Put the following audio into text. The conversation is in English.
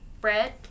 bread